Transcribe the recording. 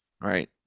Right